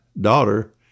daughter